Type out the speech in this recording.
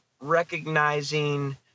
recognizing